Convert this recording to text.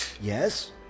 Yes